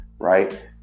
right